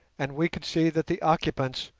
and we could see that the occupants,